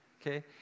okay